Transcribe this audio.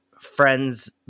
friends